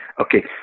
Okay